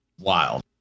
Wild